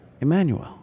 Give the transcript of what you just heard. Emmanuel